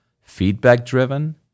feedback-driven